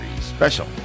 special